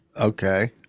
Okay